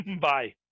Bye